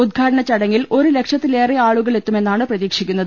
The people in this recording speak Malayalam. ഉദ്ഘാടന ചടങ്ങിൽ ഒരു ലക്ഷത്തിലേറെ ആളുകൾ എത്തുമെന്നാണ് പ്രതീക്ഷിക്കുന്നത്